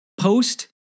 post